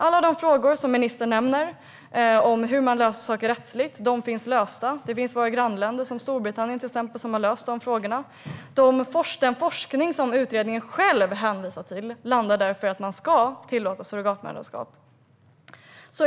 Alla de frågor som ministern nämner om hur man löser saker rättsligt har lösts i våra grannländer, till exempel i Storbritannien. Den forskning som utredningen själv hänvisar till landar därför i att man ska tillåta surrogatmoderskap.